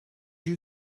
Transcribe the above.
you